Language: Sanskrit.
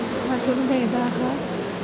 अस्माकं देवाः